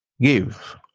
Give